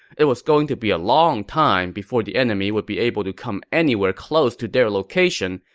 it was going to be a long time before the enemy would be able to come anywhere close to their location,